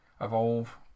evolve